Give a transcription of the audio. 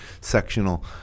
sectional